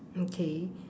okay